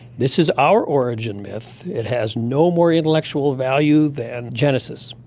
this is our origin myth. it has no more intellectual value than genesis.